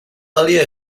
earlier